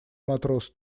матрос